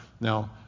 Now